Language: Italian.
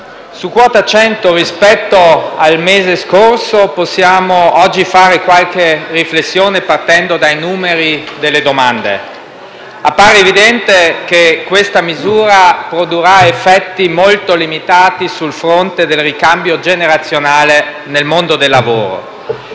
su quota 100 rispetto al mese scorso possiamo oggi fare qualche riflessione, partendo dai numeri delle domande. Appare evidente che questa misura produrrà effetti molto limitati sul fronte del ricambio generazionale nel mondo del lavoro.